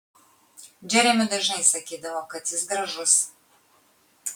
džeremiui dažnai sakydavo kad jis gražus